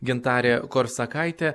gintarė korsakaitė